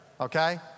Okay